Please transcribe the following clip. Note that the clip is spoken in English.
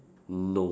no